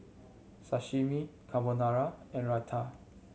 Sashimi Carbonara and Raita